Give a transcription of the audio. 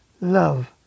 love